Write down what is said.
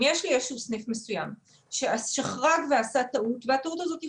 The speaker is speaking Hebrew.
אם יש לי סניף מסוים שחרג ועשה טעות והטעות הזאת חוזרת,